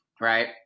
Right